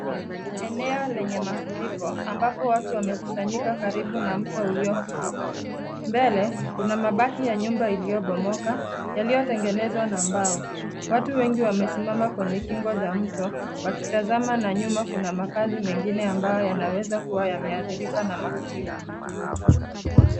Eneo lenye mafuriko ambapo watu wamekusanyika karibu na mto uliofurika. Mbele kuna mabaki ya nyumba iliyobomoka yaliyotengenezwa na mbao. Watu wengi wamesimama kwenye kingo za mto wakitazama na nyuma kuna makazi mengine ambayo yanaweza kuwa yameathirika na mafuriko.